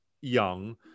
young